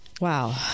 Wow